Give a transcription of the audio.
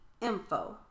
Info